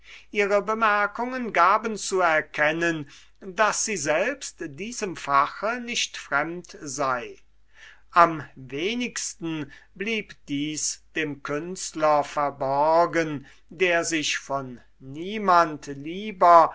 ihre bemerkungen gaben zu erkennen daß sie selbst diesem fache nicht fremd sei am wenigsten blieb dies dem künstler verborgen der sich von niemand lieber